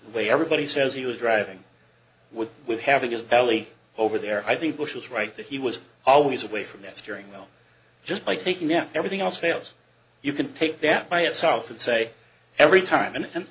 way everybody says he was driving with with having his belly over there i think bush was right that he was always away from that steering wheel just by taking out everything else fails you can take that by itself and say every time